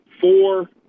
four